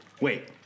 Wait